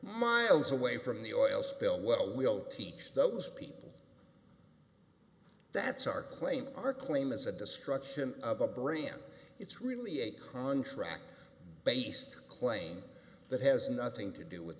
miles away from the oil spill well we'll teach those people that's our claim our claim is a destruction of a brain it's really a contract based claim that has nothing to do with